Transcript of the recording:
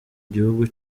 gihugu